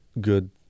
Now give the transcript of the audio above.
good